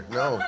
no